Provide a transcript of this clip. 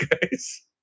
guys